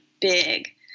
big